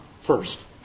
first